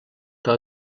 que